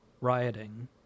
rioting